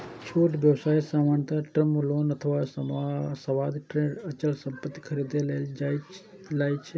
छोट व्यवसाय सामान्यतः टर्म लोन अथवा सावधि ऋण अचल संपत्ति खरीदै लेल लए छै